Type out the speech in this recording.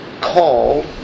call